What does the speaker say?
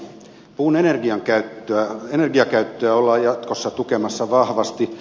puun energiakäyttöä ollaan jatkossa tukemassa vahvasti